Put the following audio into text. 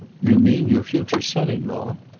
you mean your future son-in-law?